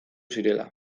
zirela